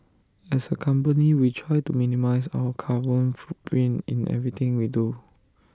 as A company we try to minimise our carbon footprint in everything we do